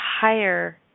higher